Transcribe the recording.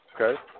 okay